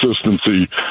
consistency